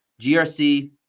GRC